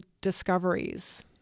discoveries